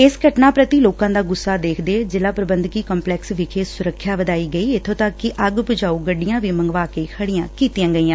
ਇਸ ਘਟਨਾ ਪੂਡੀ ਲੋਕਾ ਦਾ ਗੁੱਸਾ ਦੇਖਦੇ ਹੋਏ ਜ਼ਿਲਾ ਪੂਬੰਧਕੀ ਕੰਪਲੈਕਸ ਵਿਖੇ ਸੁਰੱਖਿਆ ਵਧਾਈ ਗਈ ਇਬੋਂ ਤੱਕ ਕਿ ਅੱਗ ਬੁਝਾਓ ਗੱਡੀਆਂ ਵੀ ਮੰਗਵਾਕੇ ਖੜੀਆਂ ਕੀਤੀਆਂ ਗਈਆਂ